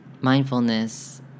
mindfulness